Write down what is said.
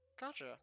Gotcha